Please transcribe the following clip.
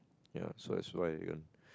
ya so it's